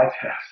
test